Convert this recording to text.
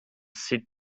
sit